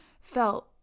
felt